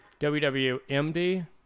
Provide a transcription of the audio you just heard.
WWMD